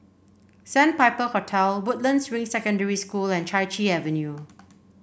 Sandpiper Hotel Woodlands Ring Secondary School and Chai Chee Avenue